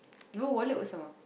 give her wallet also Sama